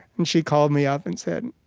and she called me up and said,